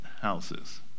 houses